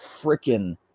freaking